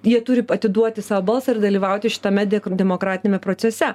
jie turi atiduoti savo balsą ir dalyvauti šitame demokratiniame procese